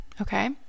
okay